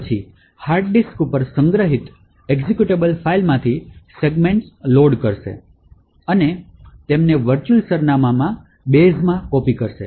તે પછી hard disk પર સંગ્રહિત એક્ઝેક્યુટેબલ ફાઇલમાંથી સેગમેન્ટ્સ લોડ કરશે અને તેમને વર્ચુઅલ સરનામાં બેસમાં કોપી કરશે